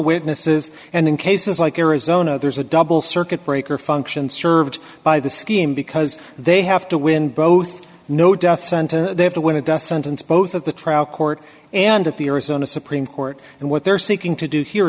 witnesses and in cases like arizona there's a double circuit breaker function served by the scheme because as they have to win both no death sentence they have to win a death sentence both of the trial court and of the arizona supreme court and what they're seeking to do here